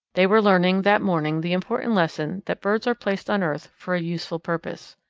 they were learning that morning the important lesson that birds are placed on earth for a useful purpose.